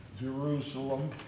Jerusalem